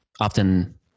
often